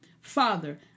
Father